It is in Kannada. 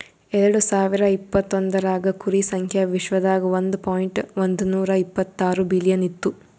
ಎರಡು ಸಾವಿರ ಇಪತ್ತೊಂದರಾಗ್ ಕುರಿ ಸಂಖ್ಯಾ ವಿಶ್ವದಾಗ್ ಒಂದ್ ಪಾಯಿಂಟ್ ಒಂದ್ನೂರಾ ಇಪ್ಪತ್ತಾರು ಬಿಲಿಯನ್ ಇತ್ತು